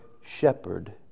shepherd